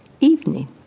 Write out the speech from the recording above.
evening